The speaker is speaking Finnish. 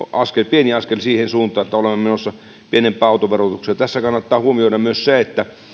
pieni askel siihen suuntaan että olemme menossa pienempään autoverotukseen tässä kannattaa huomioida myös se että